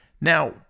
Now